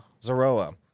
Zoroa